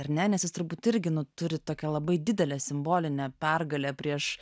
ar ne nes jūs turbūt irgi nu turit tokią labai didelę simbolinę pergalę prieš